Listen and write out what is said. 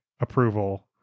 approval